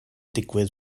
digwydd